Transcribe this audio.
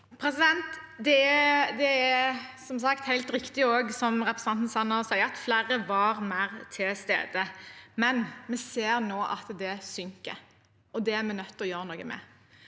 Det er som sagt helt riktig som representanten Sanner sier, at flere var mer til stede. Men vi ser nå at det synker, og det er vi nødt å gjøre noe med.